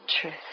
truth